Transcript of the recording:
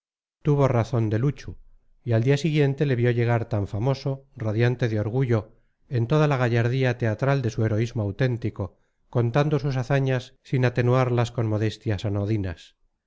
tuvo razón de luchu y al siguiente día le vio llegar tan famoso radiante de orgullo en toda la gallardía teatral de su heroísmo auténtico contando sus hazañas sin atenuarlas con modestias